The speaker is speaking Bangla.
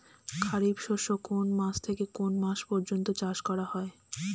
খারিফ শস্য কোন মাস থেকে কোন মাস পর্যন্ত চাষ করা হয়?